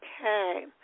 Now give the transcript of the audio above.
Okay